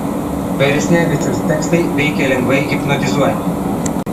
beresnevičiaus tekstai veikia lengvai hipnotizuojamai